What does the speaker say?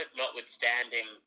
notwithstanding